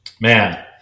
Man